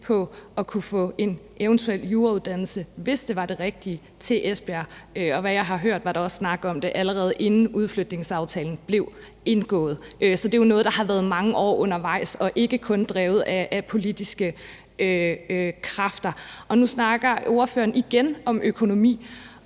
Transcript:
på at kunne få en eventuel jurauddannelse til Esbjerg, hvis det var det rigtige. Og efter hvad jeg har hørt, var der også snak om det, allerede inden udflytningsaftalen blev indgået. Så det er jo noget, der har været mange år undervejs, og ikke kun drevet af politiske kræfter. Nu snakker ordføreren igen om økonomi,